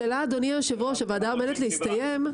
אדוני היושב ראש, הוועדה עומדת להסתיים.